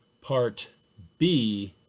part b,